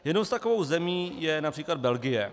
Jednou takovou zemí je například Belgie.